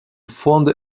fonde